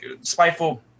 Spiteful